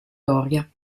doria